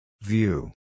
view